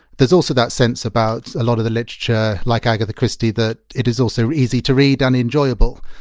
there's also that sense about a lot of the literature, like agatha christie, that it is also easy to read and enjoyable.